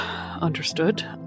Understood